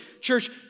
Church